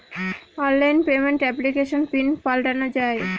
online payment এপ্লিকেশনে pin পাল্টানো যায়